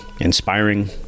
inspiring